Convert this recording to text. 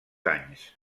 anys